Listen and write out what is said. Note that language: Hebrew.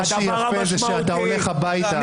מה שיפה שאתה הולך הביתה.